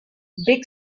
big